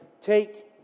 Take